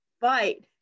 fight